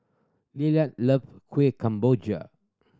Lillard love Kuih Kemboja